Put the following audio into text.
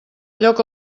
lloc